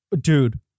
Dude